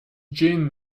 gin